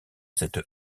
cette